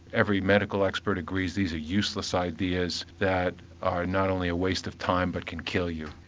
every medical expert agrees these are useless ideas that are not only a waste of time but can kill you.